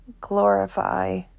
glorify